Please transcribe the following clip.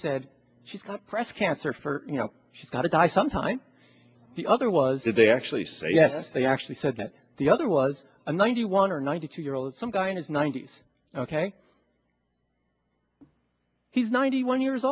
said she's got pressed cancer for you know she's gotta die sometime the other was did they actually say yes they actually said that the other was a ninety one or ninety two year old some guy in his ninety's ok he's ninety one years